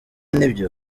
nibyo